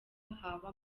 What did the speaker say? haba